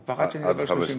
הוא פחד שאני אדבר 30 דקות?